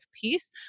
peace